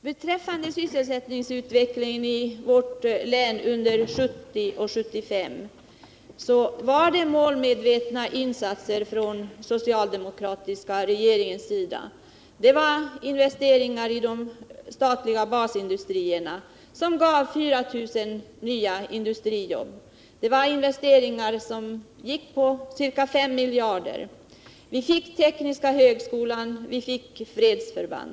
Beträffande sysselsättningen i vårt län under tiden 1970-1975 vill jag säga att det var målmedvetna insatser som gjordes från den socialdemokratiska regeringens sida. Investeringarna i de statliga basindustrierna gav 4 000 nya industrijobb. Det var investeringar som uppgick till ca 5 miljarder kronor. Vi fick tekniska högskolan. Vi fick fredsförband.